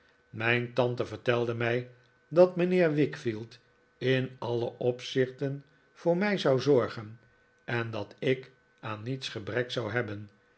mijn tante vertelde mij dat mijnheer wickfield in alle opzichten voor mij zou zorgen en dat ik aan niets gebrek zou hebben